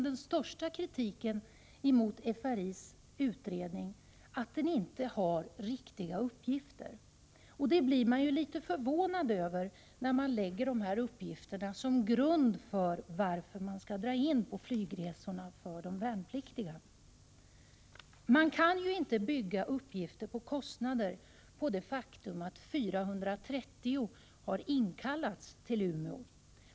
Den största kritiken mot FRI:s utredning är väl egentligen att den inte innehåller riktiga uppgifter. Det blir man litet förvånad över, när man ser att dessa uppgifter ligger till grund för att man skall dra in på flygresorna för de värnpliktiga. Man kan inte bygga kostnadsuppgifter enbart på det faktum att 430 värnpliktiga har inkallats till Umeå.